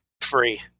free